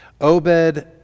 Obed